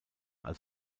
als